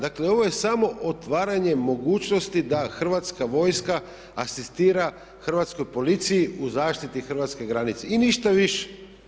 Dakle, ovo je samo otvaranje mogućnosti da hrvatska vojska asistira hrvatskoj policiji u zaštiti hrvatske granice i ništa više.